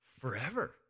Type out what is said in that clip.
forever